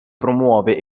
promuove